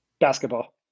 Basketball